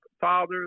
fathers